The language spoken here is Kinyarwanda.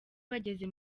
bageze